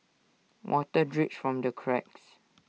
water drips from the cracks